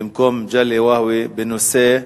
במקום מגלי והבה בנושא: